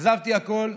עזבתי הכול,